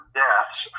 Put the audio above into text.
deaths